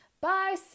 bye